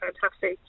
fantastic